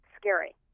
scary